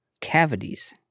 cavities